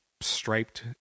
striped